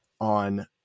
on